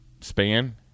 span